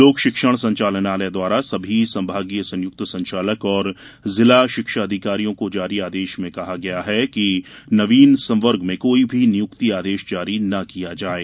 लोक शिक्षण संचालनालय द्वारा सभी संभागीय संयुक्त संचालक और जिला शिक्षा अधिकारियों को जारी आदेश में कहा गया है कि नवीन संवर्ग में कोई भी नियुक्ति आदेश जारी न किया जाये